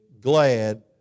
glad